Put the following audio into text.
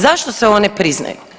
Zašto se one priznaju?